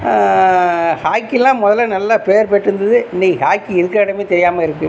ஹாக்கிலாம் முதல்ல நல்ல பேர் பெற்றுருந்துது இன்றைக்கி ஹாக்கி இருக்கிற இடமே தெரியாமல் இருக்குது